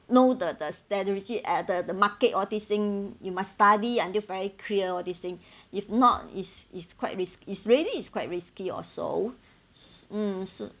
know the the strategy at the market all these thing you must study until very clear all these thing if not is is quite risk is really is quite risky also mm so